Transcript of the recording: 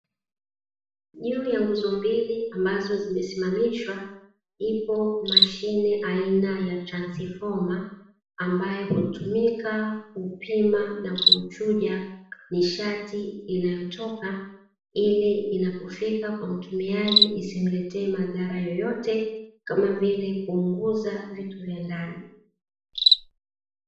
Juu ya nguzo mbili ambazo zimesimamishwa ipo mashine aina ya transifoma, ambayo hutumika kupima na kuchuja nishati inayotoka ili inapofika kwa mtumiaji isimletee madhara yoyote kama vile kuunguza vitu vya ndani.